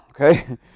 Okay